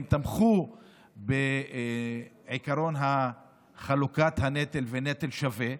הם תמכו בעקרון חלוקת הנטל ונטל שווה,